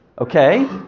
Okay